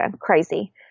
crazy